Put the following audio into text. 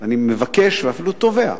אני מבקש ואפילו תובע,